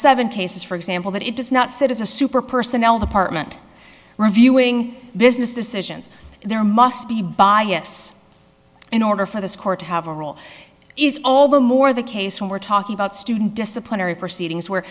seven cases for example that it does not sit as a super personnel department reviewing business decisions there must be bias in order for this court to have a role it's all the more the case when we're talking about student disciplinary proceedings where